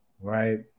right